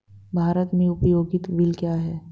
भारत में उपयोगिता बिल क्या हैं?